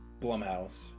Blumhouse